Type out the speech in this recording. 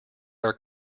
are